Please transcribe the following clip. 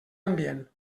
ambient